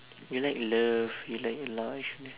you like love you like a lot each one lah